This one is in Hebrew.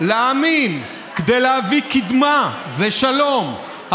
לעמים כדי להביא קדמה ושלום,